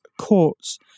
courts